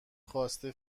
خواسته